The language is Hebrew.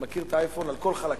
אני מכיר את האייפון על כל חלקיו.